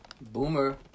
Boomer